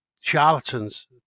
charlatans